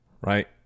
right